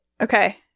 Okay